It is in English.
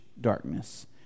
darkness